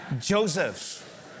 Joseph